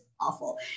awful